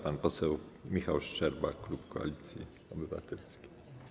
Pan poseł Michał Szczerba, klub Koalicji Obywatelskiej.